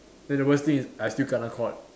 then the worst thing is I still kena caught